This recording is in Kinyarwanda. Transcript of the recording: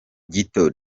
gito